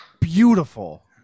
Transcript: beautiful